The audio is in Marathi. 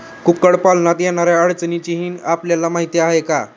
कुक्कुटपालनात येणाऱ्या अडचणींची आपल्याला माहिती आहे का?